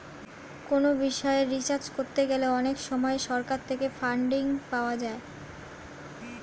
কোনো বিষয়ে রিসার্চ করতে গেলে অনেক সময় সরকার থেকে ফান্ডিং পাওয়া যায়